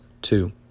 Two